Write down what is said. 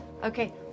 Okay